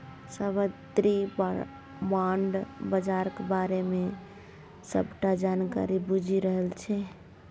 साबित्री bond बजारक बारे मे सबटा जानकारी बुझि रहल छै